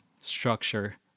structure